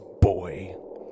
boy